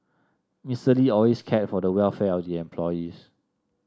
Mister Lee always cared for the welfare of the employees